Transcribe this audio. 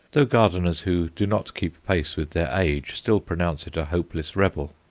though gardeners who do not keep pace with their age still pronounce it a hopeless rebel.